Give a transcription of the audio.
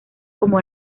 como